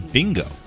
Bingo